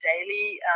daily